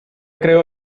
creo